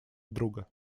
друга